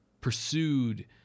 pursued